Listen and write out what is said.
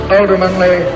ultimately